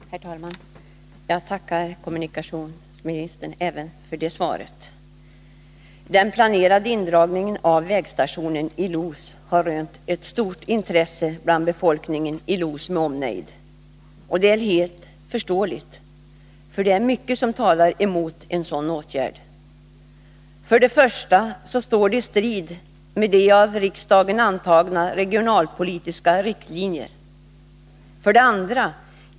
Herr talman! Jag tackar kommunikationsministern för svaret även på den frågan. Den planerade indragningen av vägstationen i Los har rönt ett stort intresse bland befolkningen i Los med omnejd. Det är helt förståeligt — det är mycket som talar emot en sådan åtgärd. För det första står den i strid med de av riksdagen antagna regionalpolitiska riktlinjerna.